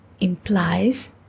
implies